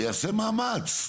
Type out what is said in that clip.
יעשה מאמץ,